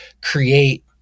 create